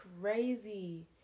crazy